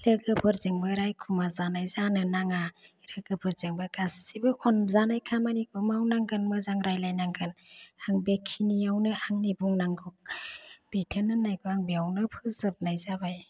लोगोफोरजोंबो राखुमा जानाय जानो नाङा लोगोफोरजोंबो गासिबो अनजानाय खामानिखौ मावनांगोन मोजां रायलायनांगोन आं बेखिनियावनो आंनि बुंनांगौ बिथोन होनायखौ आं बेयावनो फोजोबनाय जाबाय